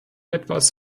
etwas